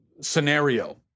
scenario